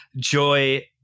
Joy